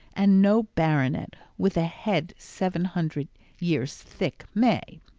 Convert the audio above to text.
and no baronet with a head seven hundred years thick, may.